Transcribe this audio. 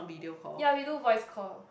ya we do voice call